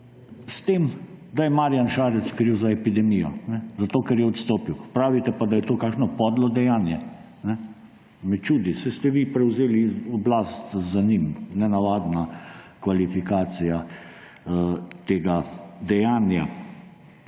s tem, da je Marjan Šarec kriv za epidemijo, ker je odstopil. Pravite pa, da je to podlo dejanje. Me čudi, saj ste vi prevzeli oblast za njim. Nenavadna kvalifikacija tega dejanja.